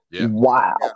Wow